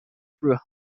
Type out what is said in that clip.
through